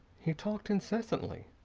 he talked incessantly.